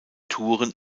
touren